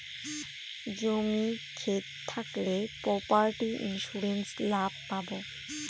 জমি ক্ষেত থাকলে প্রপার্টি ইন্সুরেন্স লাভ পাবো